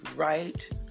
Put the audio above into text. right